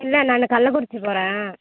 இல்லை நான் கள்ளக்குறிச்சி போகறேன்